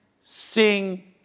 sing